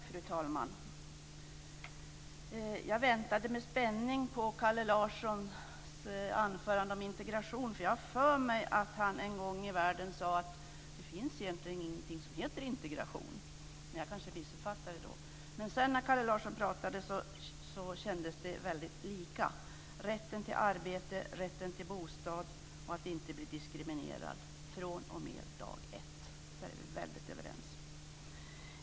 Fru talman! Jag väntade med spänning på Kalle Larssons anförande om integration. Jag har för mig att han en gång i världen sade att det egentligen inte finns någonting som heter integration, men jag kanske missuppfattade det. När Kalle Larsson sedan talade kändes det väldigt lika. Det handlar om rätten till arbete, rätten till bostad och att inte bli diskriminerad fr.o.m. dag ett. Där är vi väldigt överens.